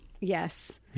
Yes